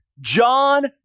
John